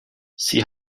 sie